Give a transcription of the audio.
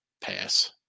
Pass